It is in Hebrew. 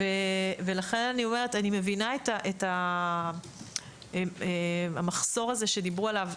לכן אני מבינה את המחסור הזה שדיברו עליו,